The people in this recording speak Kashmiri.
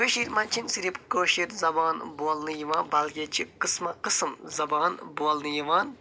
کٔشیٖرِ منٛز چھِ نہٕ صِرف کٲشِر زبان بولنہٕ یِوان بٔلکہِ ییٚتہِ چھِ قسمہٕ قسم زبان بولنہٕ یوان